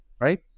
right